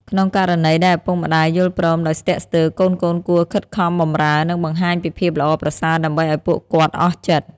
ក្នុងករណីដែលឪពុកម្ដាយយល់ព្រមដោយស្ទាក់ស្ទើរ កូនៗគួរខិតខំបម្រើ និងបង្ហាញពីភាពល្អប្រសើរដើម្បីឱ្យពួកគាត់អស់ចិត្ត។